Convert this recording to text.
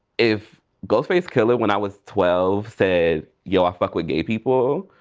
if ghostface killah, when i was twelve said, yo i fuck with gay people.